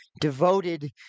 devoted